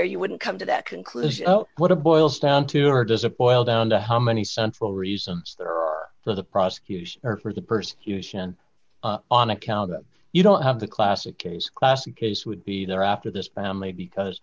or you wouldn't come to that conclusion oh what a boils down to or does it boil down to how many central reasons for the prosecution or for the persecution on account you don't have the classic case classic case would be there after this family because